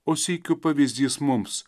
o sykiu pavyzdys mums